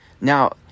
Now